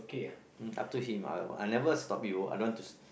up to him I I never stop you I don't to